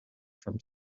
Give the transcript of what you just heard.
from